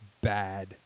bad